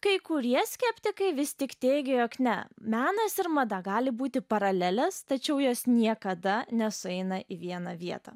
kai kurie skeptikai vis tik teigė jog ne menas ir mada gali būti paralelės tačiau jos niekada nesueina į vieną vietą